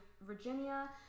Virginia